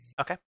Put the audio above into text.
Okay